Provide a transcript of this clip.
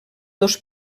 dos